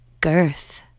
Girth